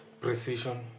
precision